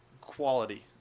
quality